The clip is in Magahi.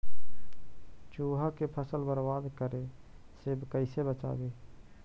चुहा के फसल बर्बाद करे से कैसे बचाबी?